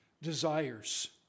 desires